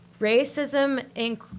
racism